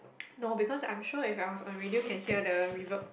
no because I'm sure if I was on radio can hear the reverp